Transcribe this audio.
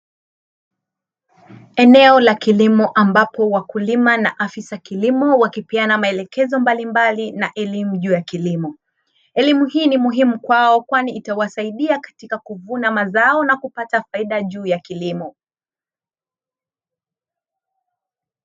Eneo la kilimo ambapo wakulima na afisa kilimo, wakipeana maelekezo malimbali ya elimu juu ya kilimo. Elimu hii ni muhimu kwao, kwani itawasaidia katika kuvuna mazao na kupata faida juu ya kilimo.